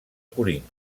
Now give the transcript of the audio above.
corint